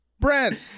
Brent